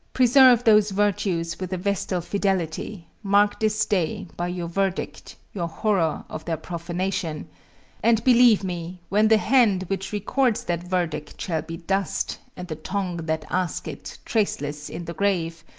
preserve those virtues with a vestal fidelity mark this day, by your verdict, your horror of their profanation and believe me, when the hand which records that verdict shall be dust, and the tongue that asks it, traceless in the grave,